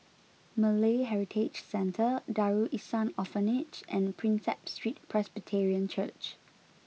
Malay Heritage Centre Darul Ihsan Orphanage and Prinsep Street Presbyterian Church